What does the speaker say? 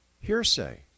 hearsay